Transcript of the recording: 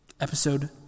Episode